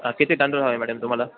हां किती तांदूळ हवे मॅडम तुम्हाला